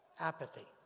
apathy